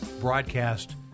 broadcast